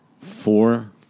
four